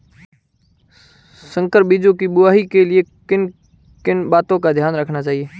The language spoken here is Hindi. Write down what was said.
संकर बीजों की बुआई के लिए किन किन बातों का ध्यान रखना चाहिए?